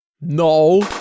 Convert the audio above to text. No